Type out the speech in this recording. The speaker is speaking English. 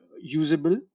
usable